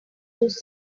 use